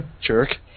Jerk